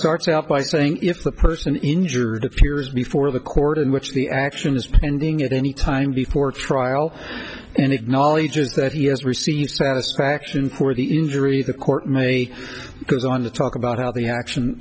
starts out by saying if the person injured appears before the court in which the action is ending at any time before trial and acknowledges that he has received satisfaction poor the injury the court may goes on to talk about how the action